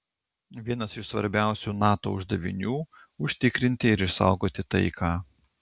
vienas iš svarbiausių nato uždavinių užtikrinti ir išsaugoti taiką